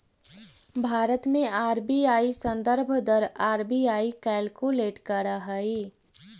भारत में आर.बी.आई संदर्भ दर आर.बी.आई कैलकुलेट करऽ हइ